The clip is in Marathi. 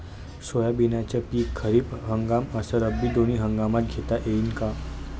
सोयाबीनचं पिक खरीप अस रब्बी दोनी हंगामात घेता येईन का?